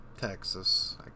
Texas